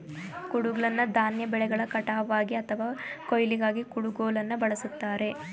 ಕುಡುಗ್ಲನ್ನ ಧಾನ್ಯ ಬೆಳೆಗಳ ಕಟಾವ್ಗಾಗಿ ಅಥವಾ ಕೊಯ್ಲಿಗಾಗಿ ಕುಡುಗೋಲನ್ನ ಬಳುಸ್ತಾರೆ